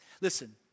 Listen